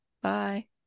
bye